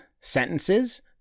sentences